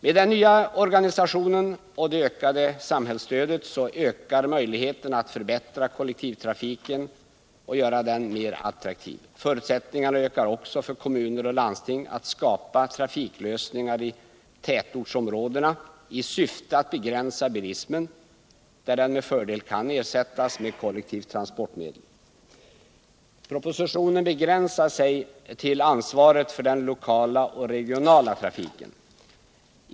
Med den nya organisationen och det ökade samhällsstödet utvidgas möjligheterna att förbättra kollektivtrafiken och göra den mer attraktiv. Förutsättningarna ökar också för kommuner och landsting att skapa trafiklösningar i tätortsområden i syfte att begränsa bilismen, där den med fördel kan ersättas med kollektivt transportmedel. Propositionens räckvidd begränsar sig till ansvaret för den lokala och regionala trafiken.